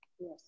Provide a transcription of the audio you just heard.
Yes